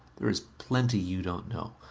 there is plenty you don't know.